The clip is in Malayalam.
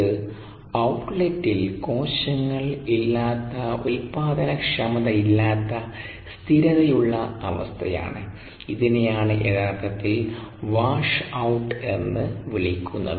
ഇത് ഔട്ടലെറ്റിൽ കോശങ്ങൾ ഇല്ലാത്ത ഉൽപാദനക്ഷമതയില്ലാത്ത സ്ഥിരതയുള്ള അവസ്ഥയാണ് ഇതിനെയാണ് യഥാർത്ഥത്തിൽ വാഷഔട്ട് അവസ്ഥ എന്ന് വിളിക്കുന്നത്